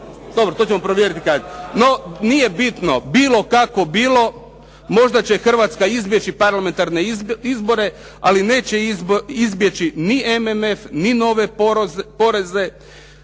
Dobro, to ćemo provjeriti kasnije. No nije bitno, bilo kako bilo možda će Hrvatska izbjeći parlamentarne izbore ali neće izbjeći ni MMF, ni nove poreze,